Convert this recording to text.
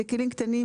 זה כלים קטנים,